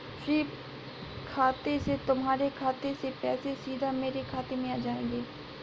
SVEEP खाते से तुम्हारे खाते से पैसे सीधा मेरे खाते में आ जाएंगे